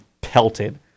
pelted